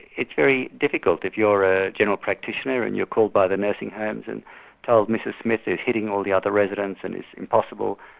it's very difficult if you're a general practitioner and you're called by the nursing homes and told mrs smith is hitting all the other residents and is impossible,